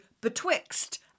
BETWIXT